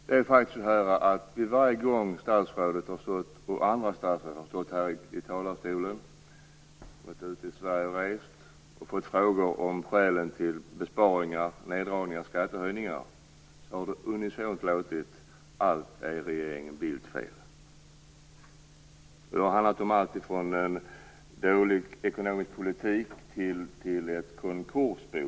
Varje gång statsrådet, och även andra statsråd, stått i riksdagens talarstol eller varit ute och rest i Sverige och då fått frågor om skälen till besparingar, neddragningar och skattehöjningar har det unisont låtit: Allt är regeringen Bildts fel. Det har handlat om allt från dålig ekonomisk politik till konkursbo.